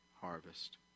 harvest